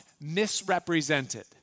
misrepresented